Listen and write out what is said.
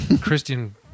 Christian